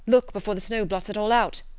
look before the snow blots it all out!